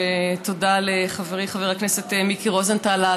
תודה לחברי חבר הכנסת מיקי רוזנטל על